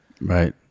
Right